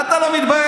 אתה לא מתבייש?